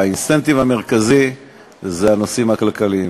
והאינסנטיב המרכזי הוא הנושאים הכלכליים.